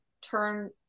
turn